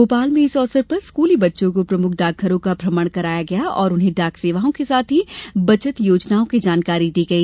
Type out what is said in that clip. भोपाल में इस अवसर पर स्कूली बच्चों को प्रमुख डाकघरों का भ्रमण कराया गया और उन्हें डाक सेवाओं के साथ ही बचत योजनाओं की जानकारी दी गई